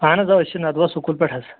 اَہَن حظ آ أسۍ چھِ نَدوا سکوٗل پیٚٹھ حظ